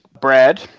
Brad